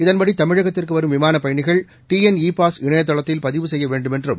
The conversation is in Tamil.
இதன்படி தமிழகத்திற்கு வரும் விமான பயணிகள் டி என் இ பாஸ் இணைய தளத்தில் பதிவு செய்ய வேண்டுமென்றும்